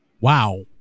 wow